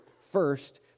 first